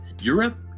Europe